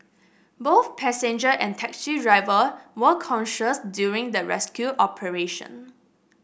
both passenger and taxi driver were conscious during the rescue operation